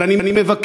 אבל אני מבקש,